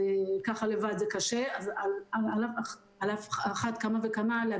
גם בשוטף הם מקבלים שכר